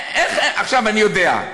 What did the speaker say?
עכשיו, אני יודע,